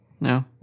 No